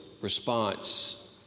response